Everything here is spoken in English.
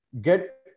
get